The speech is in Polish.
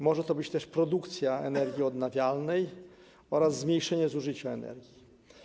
Może to też być produkcja energii odnawialnej oraz zmniejszenie zużycia energii.